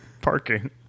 parking